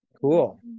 Cool